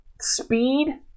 speed